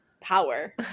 power